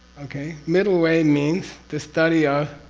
okay? middle way means the study ah